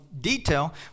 detail